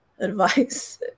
advice